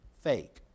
fake